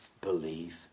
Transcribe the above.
believe